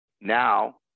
Now